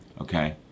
Okay